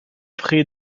près